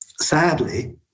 sadly